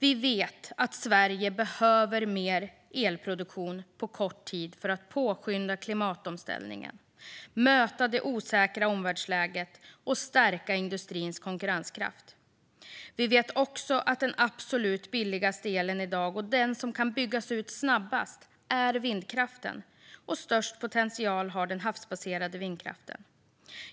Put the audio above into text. Vi vet att Sverige snabbt behöver mer elproduktion för att påskynda klimatomställningen, möta det osäkra omvärldsläget och stärka industrins konkurrenskraft. Vi vet också att den absolut billigaste elen i dag och den som kan byggas ut snabbast är vindkraften, och störst potential har den havsbaserade vindkraften.